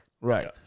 Right